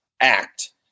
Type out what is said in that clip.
act